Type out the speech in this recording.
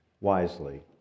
wisely